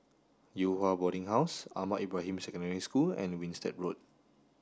Yew Hua Boarding House Ahmad Ibrahim Secondary School and Winstedt Road